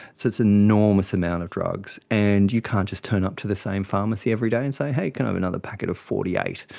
it's an enormous amount of drugs. and you can't just turn up to the same pharmacy every day and say, hey, can i have another packet of forty eight?